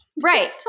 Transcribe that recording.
Right